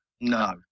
No